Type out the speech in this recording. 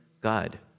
God